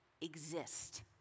exist